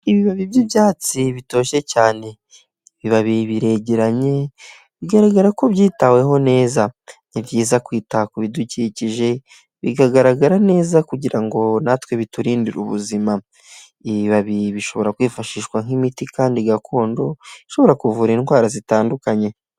Ibibabi by'ibyatsi bitoshye cyane, ibibabi biregeranye, bigaragara ko byitaweho neza. Ni byiza kwita ku bidukikije bikagaragara neza kugira ngo natwe biturindire ubuzima. Ibibabi bishobora kwifashishwa nk'imiti kandi gakondo, ishobora kuvura indwara zitandukanye.